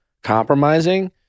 compromising